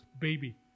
baby